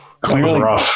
Clearly